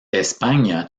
españa